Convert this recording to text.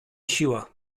siła